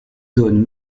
zone